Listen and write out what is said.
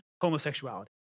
homosexuality